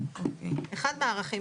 אחד מהערכים.